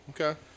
Okay